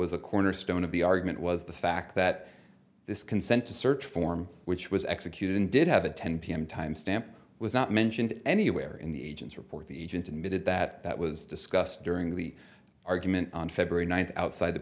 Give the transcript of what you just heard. a cornerstone of the argument was the fact that this consent to search form which was executed and did have a ten pm time stamp was not mentioned anywhere in the agent's report the agent admitted that that was discussed during the argument on february ninth outside the